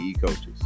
coaches